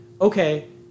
okay